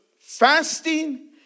fasting